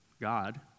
God